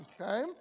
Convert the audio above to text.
okay